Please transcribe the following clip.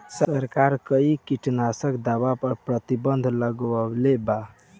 सरकार कई किटनास्क दवा पर प्रतिबन्ध लगवले बा